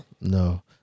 No